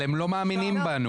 אבל הם לא מאמינים בנו.